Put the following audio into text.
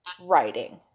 writing